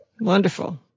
Wonderful